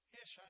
Yes